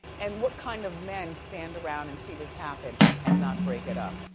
and what kind of men stand around and see this happen and not break it up?